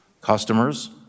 customers